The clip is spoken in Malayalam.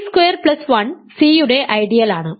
ടി സ്ക്വയർ പ്ലസ് 1 സി യുടെ ഐഡിയലാണ്